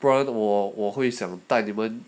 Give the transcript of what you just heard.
不然我我会想带你们